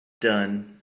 done